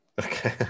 Okay